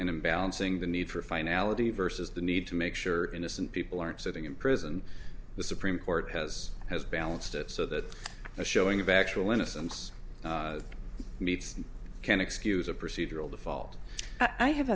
and i'm balancing the need for finality versus the need to make sure innocent people aren't sitting in prison and the supreme court has has balanced it so that a showing of actual innocence meets can excuse a procedural default i have